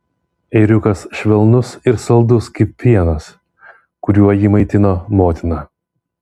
ėriukas švelnus ir saldus kaip pienas kuriuo jį maitino motina